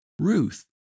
Ruth